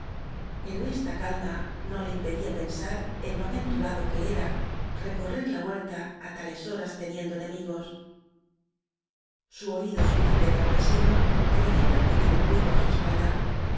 pero esta calma no le no impedía pensar en lo aventurado que era recorrer la huerta á tales horas teniendo enemigos su oído sutil de campesino creyó percibir un ruido á su espalda